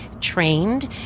trained